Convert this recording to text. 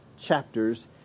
chapters